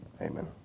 Amen